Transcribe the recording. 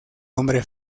hombre